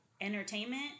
entertainment